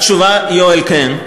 התשובה, יואל, היא כן,